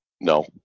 No